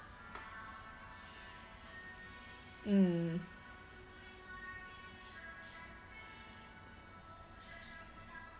mm